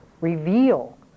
reveal